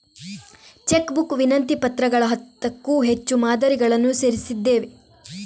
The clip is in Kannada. ಚೆಕ್ ಬುಕ್ ವಿನಂತಿ ಪತ್ರಗಳ ಹತ್ತಕ್ಕೂ ಹೆಚ್ಚು ಮಾದರಿಗಳನ್ನು ಸೇರಿಸಿದ್ದೇವೆ